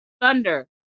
Thunder